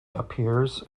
appears